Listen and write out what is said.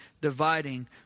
dividing